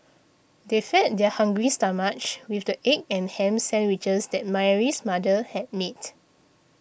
they fed their hungry stomachs with the egg and ham sandwiches that Mary's mother had made